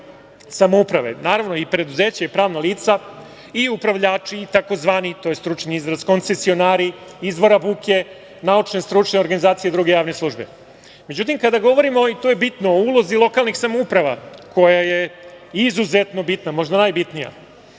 samouprave. Naravno, i preduzeća i pravna lica i upravljači i tzv. stručni izraz koncesionari izvora buke, naučne stručne organizacije i druge javne službe.Međutim, kada govorimo, to je bitno, o ulozi lokalnih samouprava, koja je izuzetno bitna, možda najbitnija,